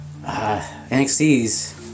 NXT's